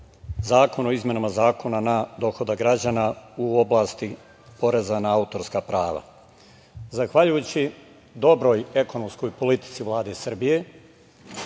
zakona o izmenama Zakona na dohodak građana u oblasti poreza na autorska prava. Zahvaljujući dobroj ekonomskoj politici Vlade Srbije,